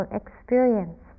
experience